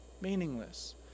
meaningless